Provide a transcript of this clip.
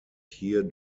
hier